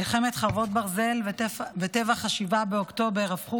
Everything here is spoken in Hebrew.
מלחמת חרבות ברזל וטבח 7 באוקטובר הפכו